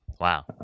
Wow